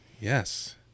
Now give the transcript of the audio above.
Yes